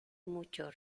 mucho